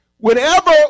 Whenever